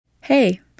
Hey